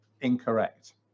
incorrect